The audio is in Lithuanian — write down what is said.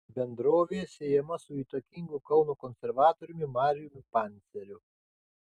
bendrovė siejama su įtakingu kauno konservatoriumi marijum panceriu